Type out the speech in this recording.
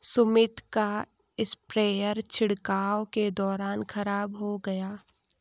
सुमित का स्प्रेयर छिड़काव के दौरान खराब हो गया